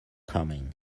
coming